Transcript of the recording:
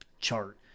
chart